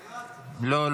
די,